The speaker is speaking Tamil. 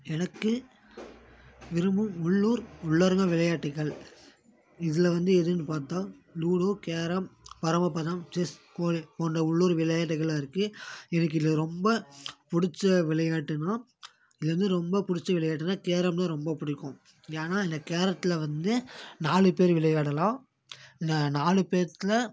எனக்கு விரும்பும் உள்ளூர் உள்ளரங்க விளையாட்டுக்கள் இதில் வந்து எதுன்னு பார்த்தா லூலு கேரம் பரமபதம் செஸ் கோலி போன்ற உள்ளூர் விளையாட்டுகளாம் இருக்குது எனக்கு இதில் ரொம்ப பிடிச்ச விளையாட்டுன்னா இதில் வந்து ரொம்ப பிடிச்ச விளையாட்டுன்னா கேரம் தான் ரொம்ப பிடிக்கும் ஏன்னா இந்த கேரத்தில் வந்து நாலு பேர் விளையாடலாம் நாலு பேத்துல